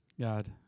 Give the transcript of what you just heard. God